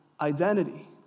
identity